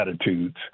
attitudes